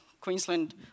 Queensland